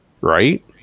right